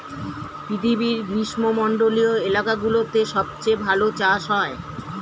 পৃথিবীর গ্রীষ্মমন্ডলীয় এলাকাগুলোতে সবচেয়ে ভালো চাষ হয়